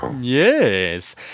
Yes